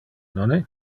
nonne